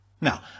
Now